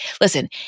Listen